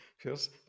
Feels